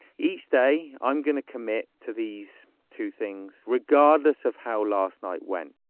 each day i'm going to commit to these two things regardless of how last night went